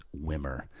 Wimmer